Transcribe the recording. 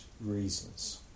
reasons